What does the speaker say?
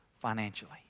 Financially